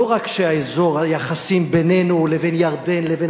לא רק שהיחסים בינינו לבין ירדן לבין